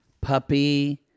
puppy